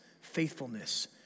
faithfulness